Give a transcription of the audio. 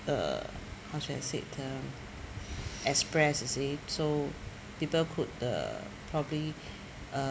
uh how should I say the express you see so people could uh probably uh